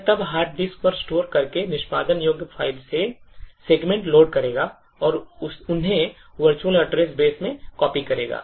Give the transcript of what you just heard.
यह तब hard disk पर store करके निष्पादन योग्य फ़ाइल से सेगमेंट लोड करेगा और उन्हें virtual address बेस में copy करेगा